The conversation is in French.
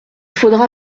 faudra